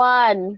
one